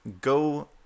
go